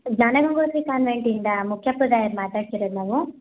ಜ್ಞಾನಗಂಗೋತ್ರಿ ಕಾನ್ವೆಂಟಿಂದ ಮುಖ್ಯೋಪಾದ್ಯಾಯರ್ ಮಾತಾಡ್ತಿರೋದು ನಾವು